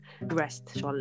rest